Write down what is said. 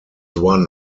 one